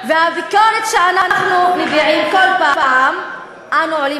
והביקורת שאנחנו מביעים כל פעם כשאנו עולים